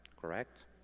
Correct